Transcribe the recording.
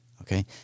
okay